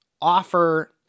offer